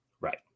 Right